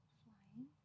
flying